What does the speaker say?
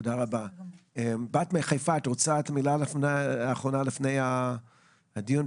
יוליה, תרצי להגיד מילה אחרונה לפני סיום הדיון?